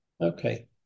Okay